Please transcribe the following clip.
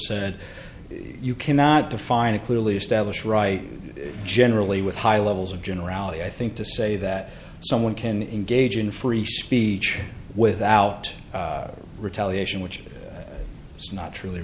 said you cannot define a clearly established right generally with high levels of generality i think to say that someone can engage in free speech without retaliation which is not truly